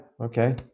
okay